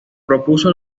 propuso